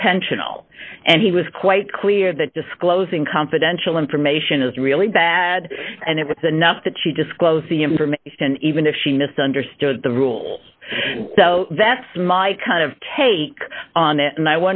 intentional and he was quite clear that disclosing confidential information is really bad and it was enough that she disclose the information even if she misunderstood the rules so that's my kind of take on it and i